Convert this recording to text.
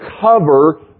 cover